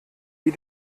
wie